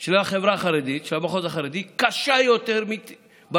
של החברה החרדית, של המחוז החרדי, קשה יותר בבסיס,